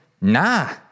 nah